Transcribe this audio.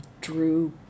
drew